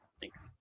Thanks